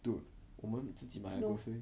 dude 我们自己的 grocery